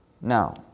Now